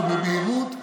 ובמהירות.